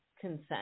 consent